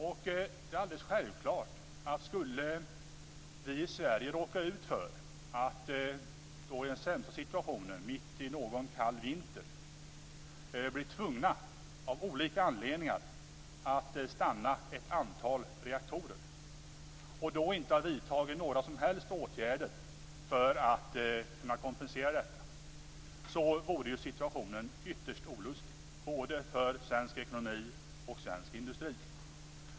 Det är alldeles självklart att om vi i Sverige skulle råka ut för den sämsta situationen, att mitt under någon kall vinter av olika anledningar bli tvungna att stoppa ett antal reaktorer och då inte ha vidtagit några som helst åtgärder för att kunna kompensera detta, vore ju situationen ytterst olustig både för svensk ekonomi och för svensk industri.